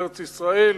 בארץ-ישראל,